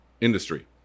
industry